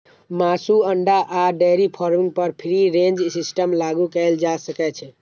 मासु, अंडा आ डेयरी फार्मिंग पर फ्री रेंज सिस्टम लागू कैल जा सकै छै